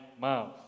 mouth